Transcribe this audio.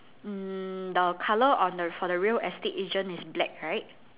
mm the colour on the for the real estate agent is black right